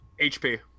HP